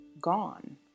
gone